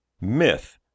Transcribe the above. Myth